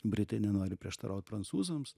britai nenori prieštaraut prancūzams